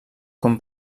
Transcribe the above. com